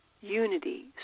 unity